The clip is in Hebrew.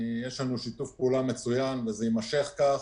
יש לנו שיתוף פעולה מצוין וזה יימשך כך.